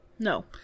no